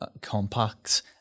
compact